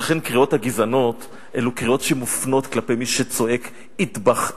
ולכן קריאות הגזענות אלו קריאות שמופנות כלפי מי שצועק "אטבח אל-יהוד",